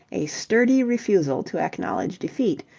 a sturdy refusal to acknowledge defeat,